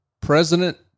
President